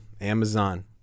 Amazon